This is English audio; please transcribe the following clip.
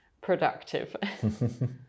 productive